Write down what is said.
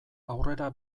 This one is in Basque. aurrera